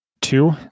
two